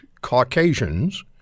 Caucasians